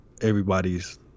everybody's